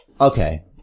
Okay